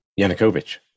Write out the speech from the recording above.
Yanukovych